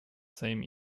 same